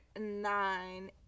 nine